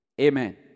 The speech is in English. Amen